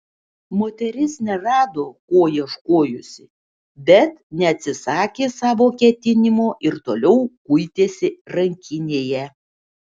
moteris nerado ko ieškojusi bet neatsisakė savo ketinimo ir toliau kuitėsi rankinėje